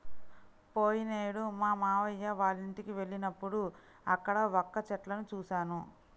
పోయినేడు మా మావయ్య వాళ్ళింటికి వెళ్ళినప్పుడు అక్కడ వక్క చెట్లను చూశాను